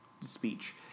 speech